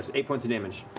ah eight points of damage.